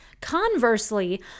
Conversely